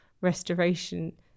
restoration